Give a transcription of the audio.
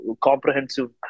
comprehensive